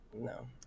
No